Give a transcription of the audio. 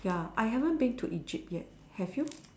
ya I haven't been to Egypt yet have you